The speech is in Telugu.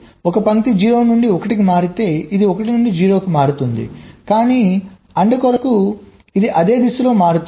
ఈ పంక్తి 0 నుండి 1 కి మారితే ఇది 1 నుండి 0 కి మారుతుంది కానీ AND కొరకు ఇది అదే దిశలో మారుతుంది